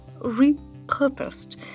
repurposed